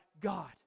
God